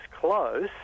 close